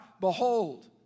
behold